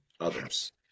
others